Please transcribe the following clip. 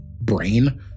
brain